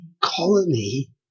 colony